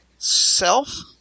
Self